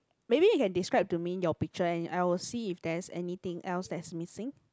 maybe you can describe to me your picture and I will see if there's anything else that's missing